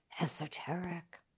esoteric